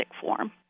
form